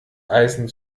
eisen